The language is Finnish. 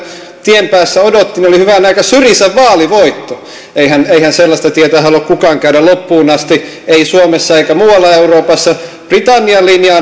tien päässä odotti niin oli hyvänen aika syrizan vaalivoitto eihän eihän sellaista tietä halua kukaan käydä loppuun asti ei suomessa eikä muualla euroopassa britannian linja